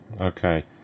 Okay